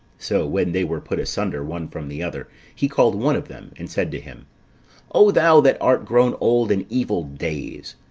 so when they were put asunder one from the other, he called one of them, and said to him o thou that art grown old in evil days,